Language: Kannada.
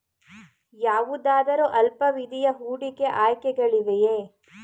ಯಾವುದಾದರು ಅಲ್ಪಾವಧಿಯ ಹೂಡಿಕೆ ಆಯ್ಕೆಗಳಿವೆಯೇ?